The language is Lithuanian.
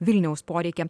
vilniaus poreikio